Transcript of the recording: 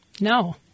no